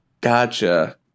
Gotcha